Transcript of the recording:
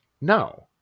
no